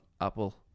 Apple